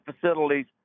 facilities